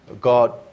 God